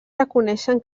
reconeixen